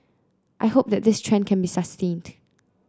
I hope that this trend can be sustained